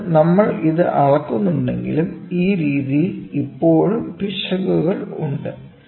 അതിനാൽ നമ്മൾ ഇത് അളക്കുന്നുണ്ടെങ്കിലും ഈ രീതിയിൽ ഇപ്പോഴും പിശകുകൾ ഉണ്ട്